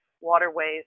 waterways